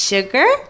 Sugar